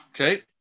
okay